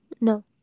No